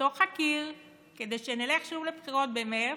לתוך הקיר כדי שנלך שוב לבחירות במרץ,